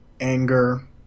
anger